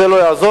זה לא יעזור,